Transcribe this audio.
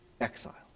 Exile